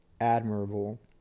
admirable